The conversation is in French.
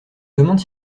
demande